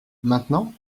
maintenant